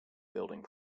building